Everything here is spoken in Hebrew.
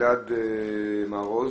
גלעד מרוז.